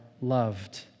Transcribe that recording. loved